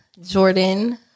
jordan